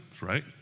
right